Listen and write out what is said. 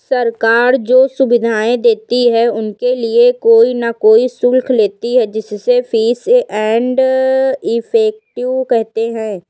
सरकार जो सुविधाएं देती है उनके लिए कोई न कोई शुल्क लेती है जिसे फीस एंड इफेक्टिव कहते हैं